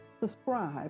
subscribe